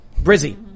Brizzy